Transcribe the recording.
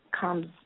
comes